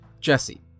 jesse